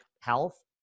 health